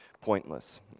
pointless